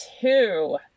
two